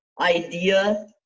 idea